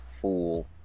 fool